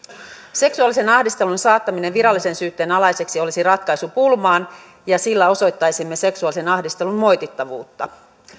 seksuaalisen ahdistelun saattaminen virallisen syytteen alaiseksi olisi ratkaisu pulmaan ja sillä osoittaisimme seksuaalisen ahdistelun moitittavuutta